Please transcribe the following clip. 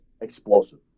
explosive